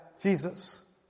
Jesus